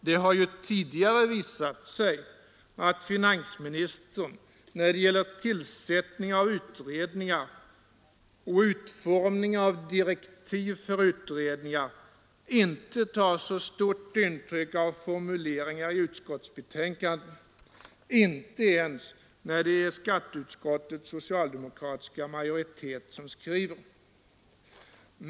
Det har ju tidigare visat sig att finansministern vid tillsättning av utredningar och utformning av direktiv för utredningar inte tar stort intryck av formuleringar i utskottsbetänkanden, inte ens när det är skatteutskottets socialdemokratiska majoritet som skriver.